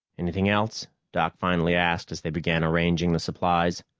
anything else? doc finally asked as they began arranging the supplies.